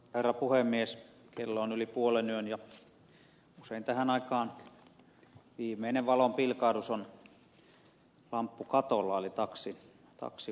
kello on yli puolenyön ja usein tähän aikaan viimeinen valonpilkahdus on lamppu katolla eli taksivalo